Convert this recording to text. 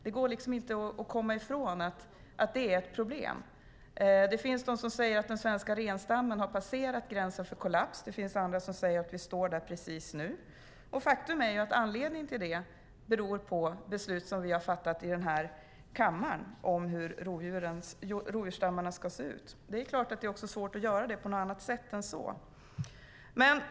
Det går inte att komma ifrån att det är ett problem. Det finns de som säger att den svenska renstammen har passerat gränsen för kollaps. Det finns andra som säger att vi står där nu. Faktum är att anledningen till det är beslut som vi har fattat i denna kammare om hur rovdjursstammarna ska se ut. Det är klart att det är svårt att göra det på något annat sätt än så.